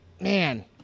man